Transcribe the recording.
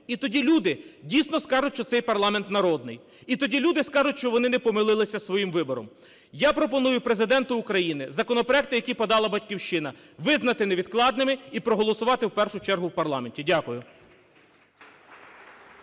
І тоді люди дійсно скажуть, що цей парламент народний, і тоді люди скажуть, що вони не помилилися із своїм вибором. Я пропоную Президенту України законопроекти, які подала "Батьківщина" визнати невідкладними і проголосувати в першу чергу в парламенті. Дякую.